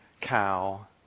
cow